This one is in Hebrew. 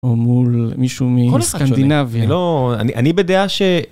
או מול מישהו מסקנדינביה, לא אני בדעה ש...